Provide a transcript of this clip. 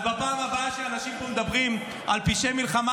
אז בפעם הבאה שאנשים פה מדברים על פשעי מלחמה,